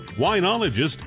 winologist